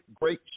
great